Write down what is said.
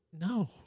No